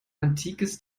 antikes